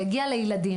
זה הגיע לילדים.